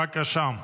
בבקשה.